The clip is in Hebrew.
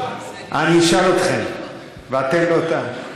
אתה שואל אותם, אני אשאל אתכם, ואתם לא תענו.